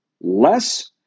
Less